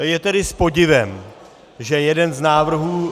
Je tedy s podivem, že jeden z návrhů